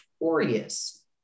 notorious